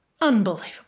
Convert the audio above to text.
Unbelievable